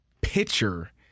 pitcher